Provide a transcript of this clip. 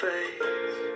face